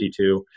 52